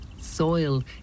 Soil